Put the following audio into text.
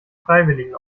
freiwilligen